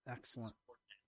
Excellent